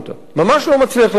ממש לא מצליח להבין אותה,